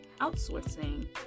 outsourcing